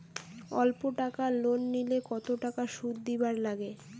অল্প টাকা লোন নিলে কতো টাকা শুধ দিবার লাগে?